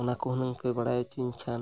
ᱚᱱᱟ ᱠᱚ ᱦᱩᱱᱟᱹᱝ ᱯᱮ ᱵᱟᱲᱟᱭ ᱪᱚᱧ ᱠᱷᱟᱱ